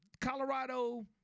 Colorado